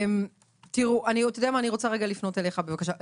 אני רוצה רגע לפנות אליך בבקשה.